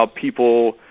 people